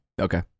okay